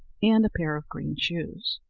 and a pair of green shoes.